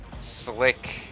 slick